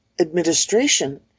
administration